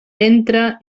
ventre